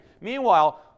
Meanwhile